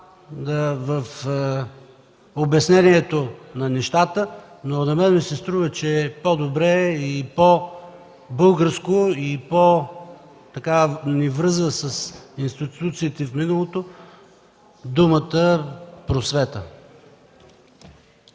в обяснението на нещата, но на мен ми се струва, че е по-добре и по-българско, и ни връзва с институциите в миналото думата „просвета”.